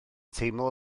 teimlo